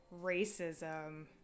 racism